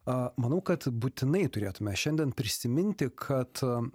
a manau kad būtinai turėtume šiandien prisiminti kad